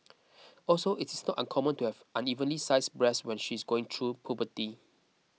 also it is not uncommon to have unevenly sized breasts when she is going through puberty